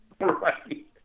right